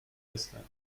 iceland